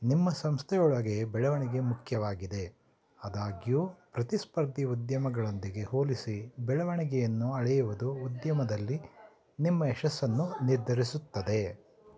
ನಿಮ್ಮ ಸಂಸ್ಥೆಯೊಳಗೆ ಬೆಳವಣಿಗೆ ಮುಖ್ಯವಾಗಿದೆ ಆದಾಗಿಯೂ ಪ್ರತಿಸ್ಪರ್ಧಿ ಉದ್ಯಮಗಳೊಂದಿಗೆ ಹೋಲಿಸಿ ಬೆಳವಣಿಗೆಯನ್ನು ಅಳೆಯುವುದು ಉದ್ಯಮದಲ್ಲಿ ನಿಮ್ಮ ಯಶಸ್ಸನ್ನು ನಿರ್ಧರಿಸುತ್ತದೆ